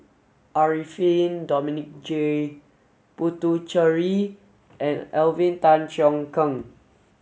Arifin Dominic J Puthucheary and Alvin Tan Cheong Kheng